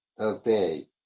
obey